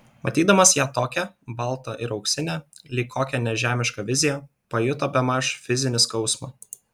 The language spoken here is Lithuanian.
matydamas ją tokią baltą ir auksinę lyg kokią nežemišką viziją pajuto bemaž fizinį skausmą